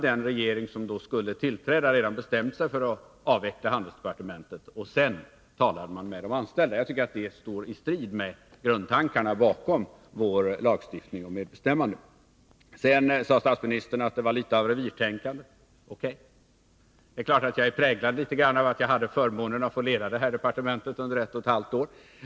Den regering som skulle tillträda hade redan bestämt sig för att avveckla handelsdepartementet, och sedan talade man med de anställda. Jag tycker att det står i strid med grundtankarna bakom vår lagstiftning om medbestämmande. Sedan sade statsministern att det var litet av revirtänkande. O. K., det är klart att jag är litet präglad av att jag hade förmånen att få leda handelsdepartementet under ett och ett halvt år.